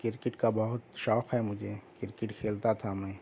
cricket کا بہت شوق ہے مجھے کرکٹ کھیلتا تھا میں